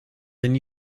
than